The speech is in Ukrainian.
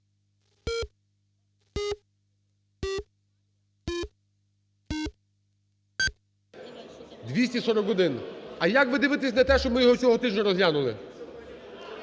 За-241 А як ви дивитесь на те, щоб ми його цього тижня розглянули?